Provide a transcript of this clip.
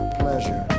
pleasure